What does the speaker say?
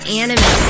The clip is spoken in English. anime